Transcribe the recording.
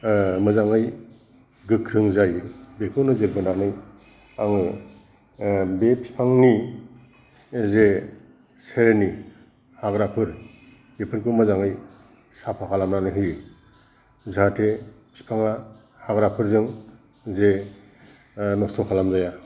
मोजाङै गोख्रों जायो बेखौ नोजोर होनानै आङो बे बिफांनि जे सेरनि हाग्राफोर बेफोरखौ मोजाङै साफा खालामनानै होयो जाहाथे बिफाङा हाग्राफोरजों जे नस्थ' खालामजाया